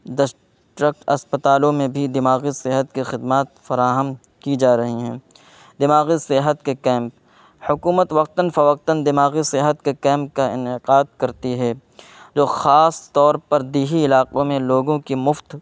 district اسپتالوں میں بھی دماغی صحت کے خدمات فراہم کی جا رہی ہیں دماغی صحت کے کیمپ حکومت وقتاً فوقتاً دماغی صحت کے کیمپ کا انعقاد کرتی ہے جو خاص طور پر دیہی علاقوں میں لوگوں کی مفت